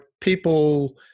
people